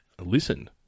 listen